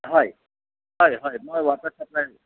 হয় হয় হয় মই ৱাটাৰ ছাপ্লাই